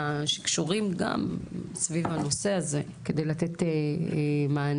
שקשורים גם סביב הנושא הזה כדי לתת מענים.